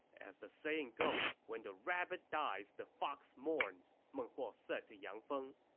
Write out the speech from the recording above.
as the saying goes, when the rabbit dies, the fox mourns meng huo said to yang feng.